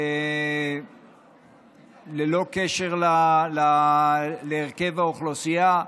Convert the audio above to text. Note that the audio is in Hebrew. ללא קשר להרכב האוכלוסייה.